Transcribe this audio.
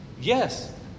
yes